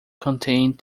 contained